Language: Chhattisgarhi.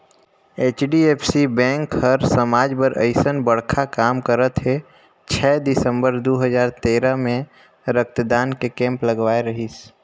एच.डी.एफ.सी बेंक हर समाज बर अइसन बड़खा काम करत हे छै दिसंबर दू हजार तेरा मे रक्तदान के केम्प लगवाए रहीस